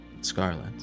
Scarlet